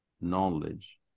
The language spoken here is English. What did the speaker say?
knowledge